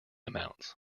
amounts